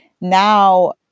now